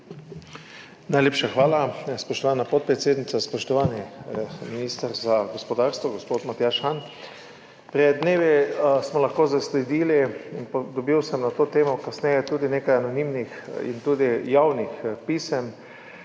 Najlepša hvala, spoštovana podpredsednica. Spoštovani minister za gospodarstvo, gospod Matjaž Han! Pred dnevi smo lahko zasledili, na to temo sem kasneje dobil tudi nekaj anonimnih in tudi javnih pisem